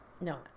No